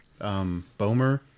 Bomer